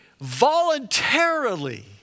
voluntarily